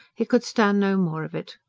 he could stand no more of it.